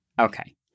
Okay